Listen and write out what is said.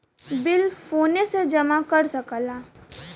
bill फोने से जमा कर सकला